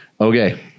okay